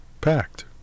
packed